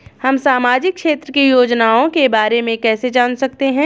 हम सामाजिक क्षेत्र की योजनाओं के बारे में कैसे जान सकते हैं?